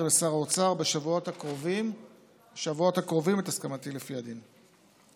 לשר האוצר בשבועות הקרובים את הסכמתי לפי הדין.